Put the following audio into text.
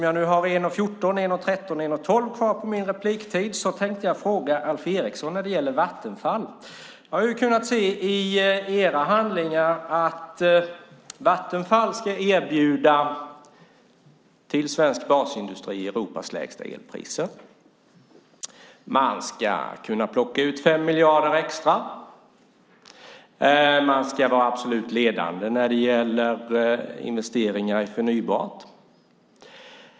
Jag har nu drygt en minut kvar av min repliktid och tänker ställa en fråga till Alf Eriksson om Vattenfall. I era handlingar kan man se att Vattenfall ska erbjuda svensk basindustri Europas lägsta elpriser. Man ska kunna plocka ut 5 miljarder extra. Man ska vara absolut ledande när det gäller investeringar i förnybart.